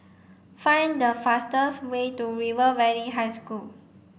find the fastest way to River Valley High School